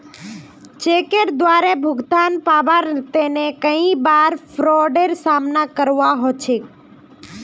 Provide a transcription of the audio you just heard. चेकेर द्वारे भुगतान पाबार तने कई बार फ्राडेर सामना करवा ह छेक